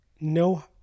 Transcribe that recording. no